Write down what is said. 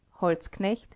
Holzknecht